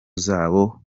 zabo